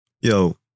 Yo